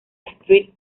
street